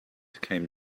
came